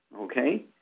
Okay